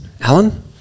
Alan